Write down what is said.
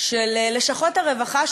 של לשכות הרווחה,